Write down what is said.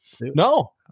No